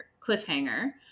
cliffhanger